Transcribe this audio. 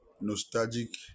nostalgic